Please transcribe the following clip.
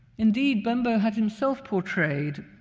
indeed, bembo had himself portrayed.